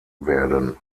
werden